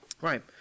Right